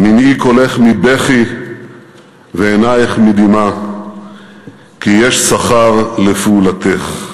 "מנעי קולך מבכי ועיניך מדמעה כי יש שכר לפעֻלתך".